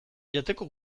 jateko